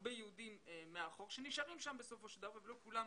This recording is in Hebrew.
הרבה יהודים מאחור שנשארים שם ולא כולם